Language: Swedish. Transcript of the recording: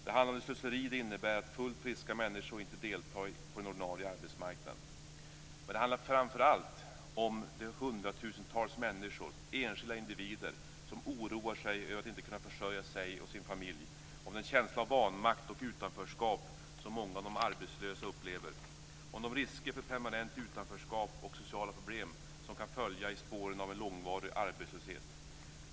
Det handlar om det slöseri det innebär att fullt friska människor inte deltar i den ordinarie arbetsmarknaden. Men det handlar framför allt om de hundratusentals människor, enskilda individer, som oroar sig över att inte kunna försörja sig och sin familj, om den känsla av vanmakt och utanförskap som många av de arbetslösa upplever, om de risker för permanent utanförskap och sociala problem som kan följa i spåren av en långvarig arbetslöshet.